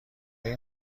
این